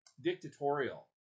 dictatorial